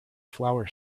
flower